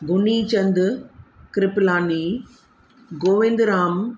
Guni Chand Kripalani Govind Ram